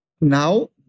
now